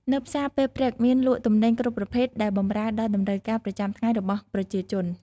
នៅផ្សារពេលព្រឹកមានលក់ទំនិញគ្រប់ប្រភេទដែលបម្រើដល់តម្រូវការប្រចាំថ្ងៃរបស់ប្រជាជន។